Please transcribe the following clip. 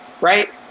right